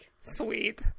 Sweet